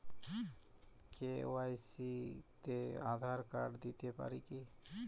KYC তে Aadhaar card দিতে পারি কি?